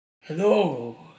Hello